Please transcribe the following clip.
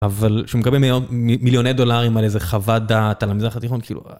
אבל כשמקבל מיליוני דולרים על איזה חוות דעת על המזרח התיכון כאילו...